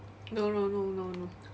no no no no no